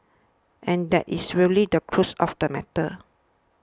and that is really the crux of the matter